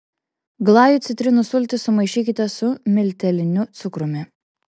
glajui citrinų sultis sumaišykite su milteliniu cukrumi